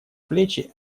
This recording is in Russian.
плечи